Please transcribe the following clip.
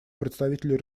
представителю